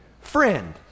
Friend